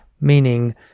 meaning